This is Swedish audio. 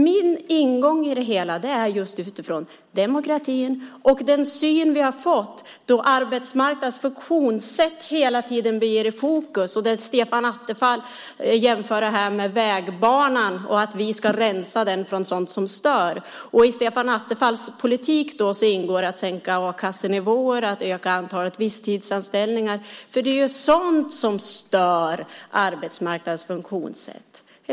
Min ingång i det hela är utifrån demokratin och den syn vi fått när arbetsmarknadens funktionssätt hela tiden är i fokus. Stefan Attefall jämför det med vägbanan och att vi ska rensa den från sådant som stör. I Stefan Attefalls politik ingår att sänka a-kassenivåer och öka antalet visstidsanställningar. Är det sådant som stör arbetsmarknadens funktionssätt?